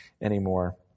anymore